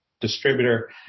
distributor